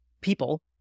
people